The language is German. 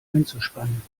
einzuspannen